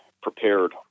prepared